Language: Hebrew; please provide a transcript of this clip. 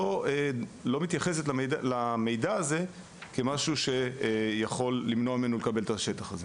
לא מתייחסת למידע הזה כדבר שיכול למנוע ממנו לקבל את השטח.